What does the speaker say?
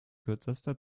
kürzester